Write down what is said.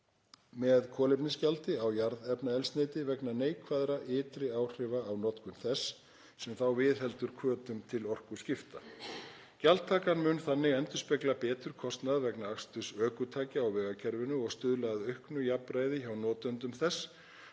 með kolefnisgjaldi á jarðefnaeldsneyti vegna neikvæðra ytri áhrifa á notkun þess sem þá viðheldur hvötum til orkuskipta. Gjaldtakan mun þannig endurspegla betur kostnað vegna aksturs ökutækja á vegakerfinu og stuðla að auknu jafnræði hjá notendum þess